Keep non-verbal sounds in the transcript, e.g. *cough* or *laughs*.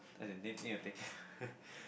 as in need need to take care *laughs*